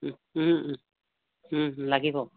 লাগিব